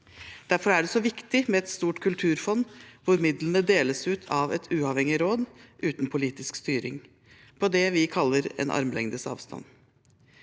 Derfor er det så viktig med et stort kulturfond, hvor midlene deles ut av et uavhengig råd uten politisk styring, på det vi kaller armlengdes avstand.